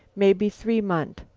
mebby three month.